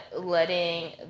letting